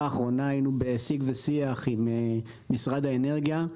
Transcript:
האחרונה היינו בשיג ושיח עם משרד האנרגיה.